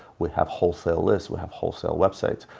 we have wholesale list. we have wholesale websites.